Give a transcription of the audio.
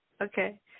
Okay